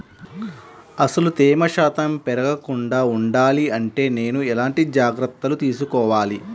అసలు తేమ శాతం పెరగకుండా వుండాలి అంటే నేను ఎలాంటి జాగ్రత్తలు తీసుకోవాలి?